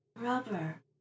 rubber